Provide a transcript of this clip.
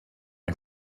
ein